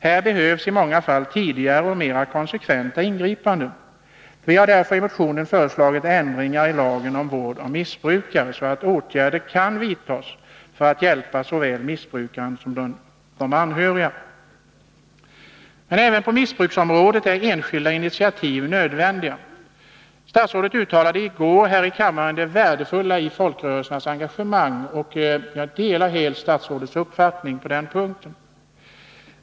Här behövs i många fall tidigare och mera konsekventa ingripanden. Vi har därför i motionen föreslagit ändringar i lagen om vård av missbrukare, så att åtgärder kan vidtas för att hjälpa såväl missbrukaren som de anhöriga. Även på missbruksområdet är enskilda initiativ nödvändiga. Statsrådet betonade i går här i kammaren det värdefulla i folkrörelsernas engagemang, och jag delar helt statsrådets uppfattning på den punkten.